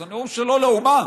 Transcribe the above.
אז הנאום שלו לאומה